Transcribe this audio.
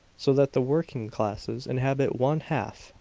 so that the working classes inhabit one-half,